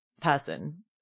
person